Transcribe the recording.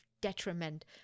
detriment